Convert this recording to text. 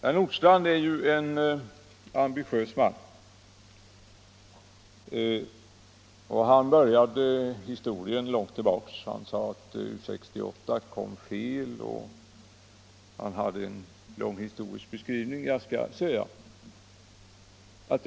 Herr Nordstrandh är en ambitiös man. Han började långt tillbaka i historien och sade att U 68 kom fel redan från början och gjorde sedan en lång historisk beskrivning av utvecklingen.